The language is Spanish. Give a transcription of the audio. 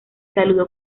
saludo